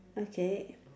okay